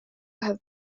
have